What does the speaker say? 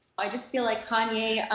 i just feel like kanye